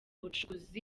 bucukuzi